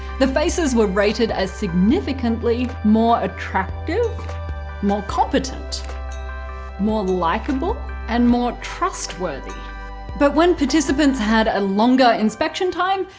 the faces were rated as significantly more attractive more competent more likeable and more trustworthy but when participants had a longer inspection time,